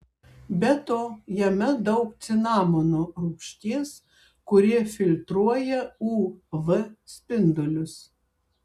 be to jame daug cinamono rūgšties kuri filtruoja uv spindulius